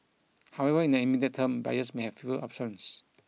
however in the immediate term buyers may have fewer options